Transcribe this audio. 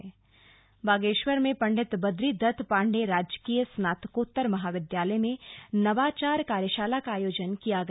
उच्चशिक्षा में नवाचार बागेश्वर में पंडित बद्री दत्त पांडे राजकीय स्नातकोत्तर महाविद्यालय में नवाचार कार्यशाला का आयोजन किया गया